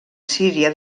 síria